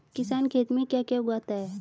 किसान खेत में क्या क्या उगाता है?